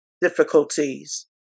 difficulties